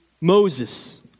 Moses